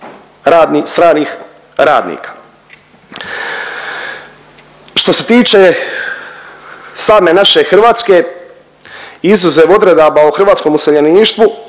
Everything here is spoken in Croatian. stranih radnika. Što se tiče same naše Hrvatske, izuzev odredaba o hrvatskom useljeništvu